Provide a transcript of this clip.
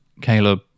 Caleb